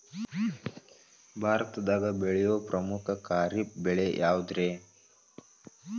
ಭಾರತದಾಗ ಬೆಳೆಯೋ ಪ್ರಮುಖ ಖಾರಿಫ್ ಬೆಳೆ ಯಾವುದ್ರೇ?